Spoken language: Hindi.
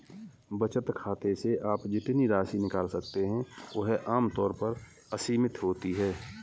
बचत खाते से आप जितनी राशि निकाल सकते हैं वह आम तौर पर असीमित होती है